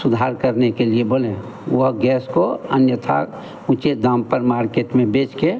सुधार करने के लिए बोलें वह गैस को अन्यथा उचित दाम पर मार्केट में बेचकर